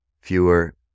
fewer